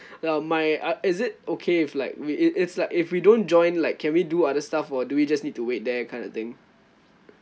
well my is it okay if like we it it's like if we don't join like can we do other stuff or do we just need to wait there kind of the thing